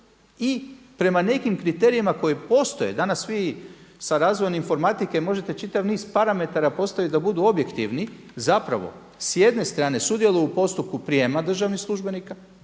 i prema nekim kriterijima koji postoje, danas vi sa razvojem informatike možete čitav niz parametara postaviti da budu objektivni. Zapravo s jedne strane sudjeluju u postupku prijema državnih službenika,